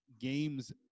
games